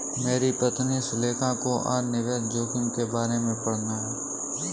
मेरी पत्नी सुलेखा को आज निवेश जोखिम के बारे में पढ़ना है